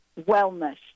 wellness